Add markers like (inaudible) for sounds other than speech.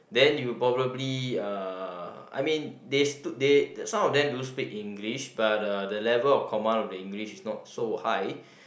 then you probably uh I mean they (noise) they some of them do speak English but uh the level of command of the English is not so high